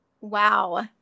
Wow